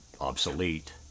obsolete